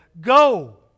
Go